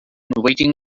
waiting